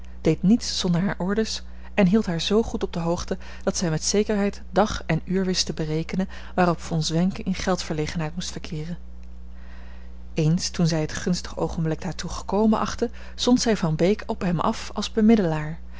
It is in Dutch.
deed niets zonder hare orders en hield haar zoo goed op de hoogte dat zij met zekerheid dag en uur wist te berekenen waarop von zwenken in geldverlegenheid moest verkeeren eens toen zij het gunstig oogenblik daartoe gekomen achtte zond zij van beek op hem af als bemiddelaar